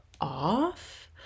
off